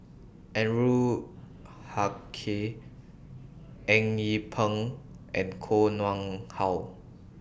Anwarul Haque Eng Yee Peng and Koh Nguang How